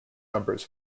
numbers